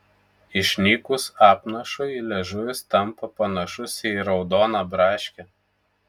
išnykus apnašui liežuvis tampa panašus į raudoną braškę